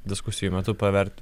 diskusijų metu pavert